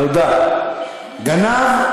"גנב,